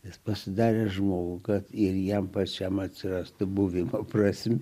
nes pasidarė žmogų kad ir jam pačiam atsirasti buvimo prasme